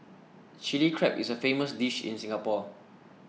Chilli Crab is a famous dish in Singapore